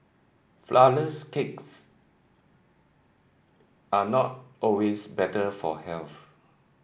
flourless cakes are not always better for health